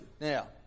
Now